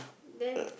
then